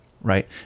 right